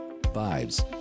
vibes